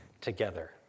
together